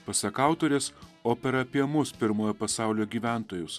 pasak autorės opera apie mus pirmojo pasaulio gyventojus